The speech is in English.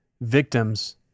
victims